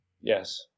Yes